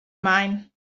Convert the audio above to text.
mine